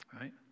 right